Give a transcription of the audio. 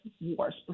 wars